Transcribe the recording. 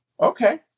okay